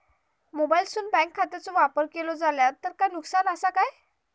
मोबाईलातसून बँक खात्याचो वापर केलो जाल्या काय नुकसान असा काय?